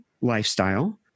lifestyle